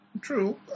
True